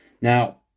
Now